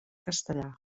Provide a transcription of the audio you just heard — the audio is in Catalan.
castellà